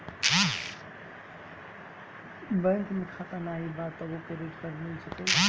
Bank में खाता नाही बा तबो क्रेडिट कार्ड मिल सकेला?